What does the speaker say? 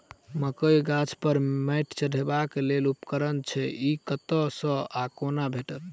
मकई गाछ पर मैंट चढ़ेबाक लेल केँ उपकरण छै? ई कतह सऽ आ कोना भेटत?